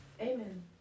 Amen